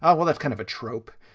um well, that's kind of a trope,